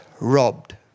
robbed